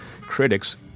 critics